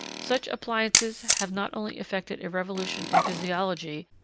such appliances have not only effected a revolution in physiology,